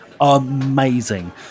Amazing